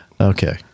Okay